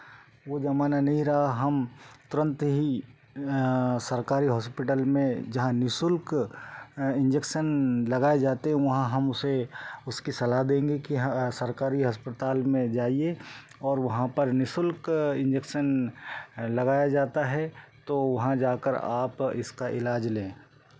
वह ज़माना नहीं रहा हम तुरंत ही सरकारी हॉस्पिटल में जहाँ निःशुल्क इंजेक्शन लगाए जाते हैं वहाँ हम उसे उसकी सलाह देंगे कि सरकारी अस्पताल में जाइए वहाँ पर निःशुल्क इंजेक्शन लगाया जाता है तो वहाँ जाकर आप इसका इलाज लें